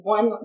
One